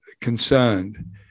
concerned